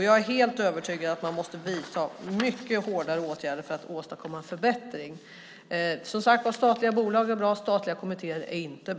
Jag är helt övertygad om att man måste vidta mycket hårdare åtgärder för att åstadkomma en förbättring. Det är bra i de statliga bolagen, men det är inte bra i de statliga kommittéerna.